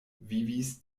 vivis